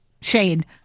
shade